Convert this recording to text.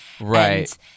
right